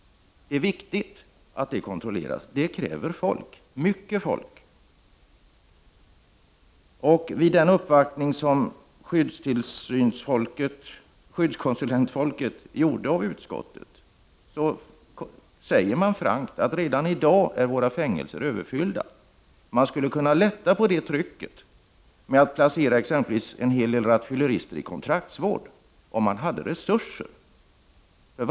Det är viktigt att detta kontrolleras. Och detta kräver mycket folk. Vid den uppvaktning som skyddskonsulenterna gjorde hos utskottet sades det att våra fängelser redan i dag är överfyllda. Man skulle kunna lätta på det trycket genom att placera en hel del rattfyllerister i kontraktsvård, om det fanns resurser till det.